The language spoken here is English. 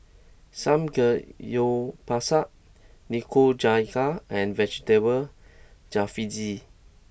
Samgeyopsal Nikujaga and Vegetable Jalfrezi